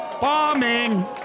bombing